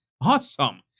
awesome